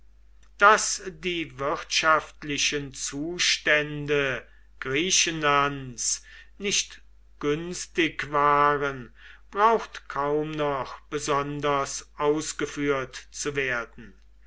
daß die wirtschaftlichen zustände griechenlands nicht günstig waren braucht kaum noch besonders ausgeführt zu werden